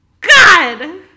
God